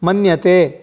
मन्यते